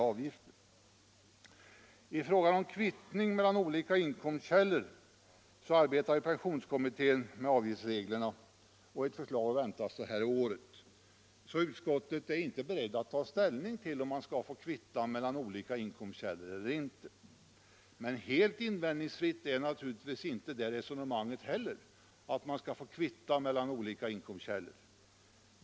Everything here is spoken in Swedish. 201 Pensionskommittén arbetar med avgiftsreglerna i fråga om kvittning mellan olika inkomstkällor och ett förslag väntas det här året. Utskottet är således inte berett att ta ställning till om man skall få kvitta mellan olika inkomstkällor eller inte. Helt invändningsfritt är naturligtvis inte det resonemanget heller.